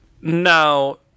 Now